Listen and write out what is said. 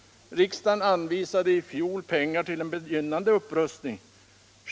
Riksdagen anvisade i fjol pengar till en begynnande upprustning.